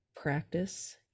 practice